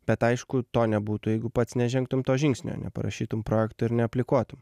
bet aišku to nebūtų jeigu pats nežengtum to žingsnio neparašytum projekto ir neaplikuotum